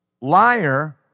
liar